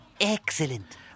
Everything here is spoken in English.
Excellent